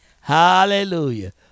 Hallelujah